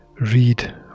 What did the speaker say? Read